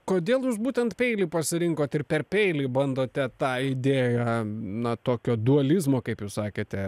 kodėl jūs būtent peilį pasirinkot ir per peilį bandote tą idėją na tokio dualizmo kaip jūs sakėte